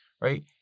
right